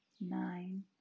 nine